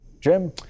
jim